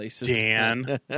Dan